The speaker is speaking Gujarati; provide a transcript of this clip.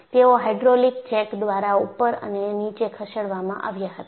તેઓ હાઇડ્રોલિક જેક દ્વારા ઉપર અને નીચે ખસેડવામાં આવ્યા હતા